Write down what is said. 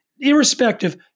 irrespective